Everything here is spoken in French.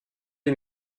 est